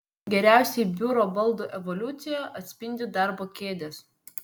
geriausiai biuro baldų evoliuciją atspindi darbo kėdės